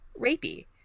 rapey